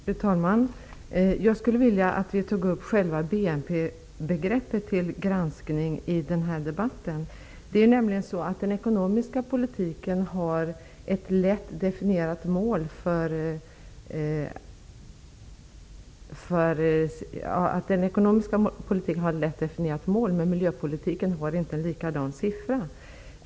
Fru talman! Jag skulle vilja att vi tog upp själva BNP-begreppet till granskning i den här debatten. Den ekonomiska politiken har nämligen ett lätt definierat mål, men miljöpolitiken har inte en likadan siffra.